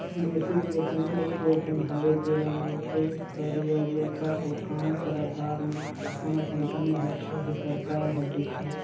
basic बेतन ओ बेतन हवे जेला मइनसे कर योग्यता अउ काम कर अधार में कोनो कंपनी हर चहे सरकार हर देथे